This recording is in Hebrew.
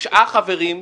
תשעה חברים: